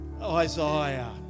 Isaiah